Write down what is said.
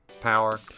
power